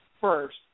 first